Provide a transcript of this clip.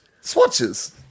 Swatches